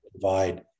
provide